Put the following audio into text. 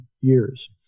years